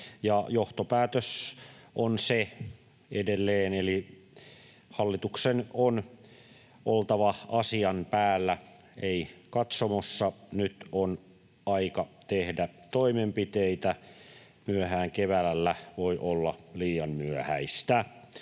johtopäätös on edelleen se, että hallituksen on oltava asian päällä, ei katsomossa. Nyt on aika tehdä toimenpiteitä. Myöhään keväällä voi olla liian myöhäistä.